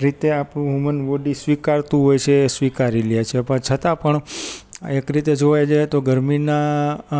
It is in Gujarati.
રીતે આપણું વુમન બોડી સ્વીકારતું હોય છે સ્વીકારી લે છે પણ છતાં પણ આ એક રીતે જોવા જઈએ તો ગરમીના